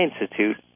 Institute